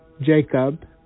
Jacob